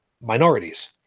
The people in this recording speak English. minorities